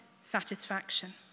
satisfaction